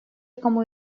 кому